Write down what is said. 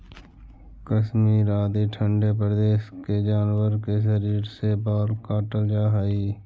कश्मीर आदि ठण्ढे प्रदेश के जानवर के शरीर से बाल काटल जाऽ हइ